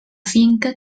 finca